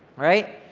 right?